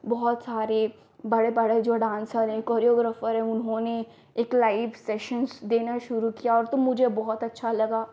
बहुत सारे बड़े बड़े जो डान्सर हैं कोरियोग्राफ़र हैं उन्होंने एक लाइव सेशन देना शुरू किया तो मुझे बहुत अच्छा लगा